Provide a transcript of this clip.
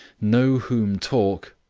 know whom talk.